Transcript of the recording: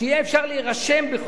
כמו שאמרת, נכון: